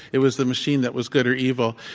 it was the machine that was good or evil.